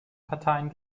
parteien